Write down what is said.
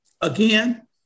again